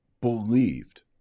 believed